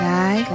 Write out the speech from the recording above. Guy